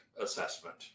assessment